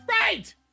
Right